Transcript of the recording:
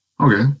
okay